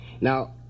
Now